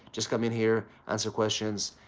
just come in here, answer questions,